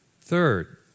Third